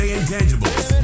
Intangibles